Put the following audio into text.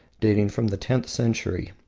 dating from the tenth century,